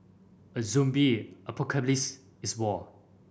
a zombie apocalypse is war